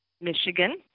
Michigan